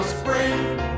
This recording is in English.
spring